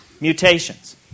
mutations